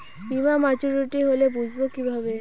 বীমা মাচুরিটি হলে বুঝবো কিভাবে?